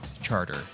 charter